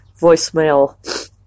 voicemail